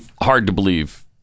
hard-to-believe